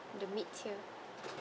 the mid tier